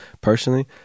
personally